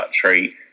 treat